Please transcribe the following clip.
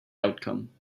outcome